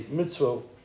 mitzvah